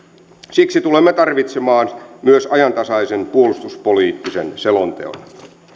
siksi tulemme tarvitsemaan myös ajantasaisen puolustuspoliittisen selonteon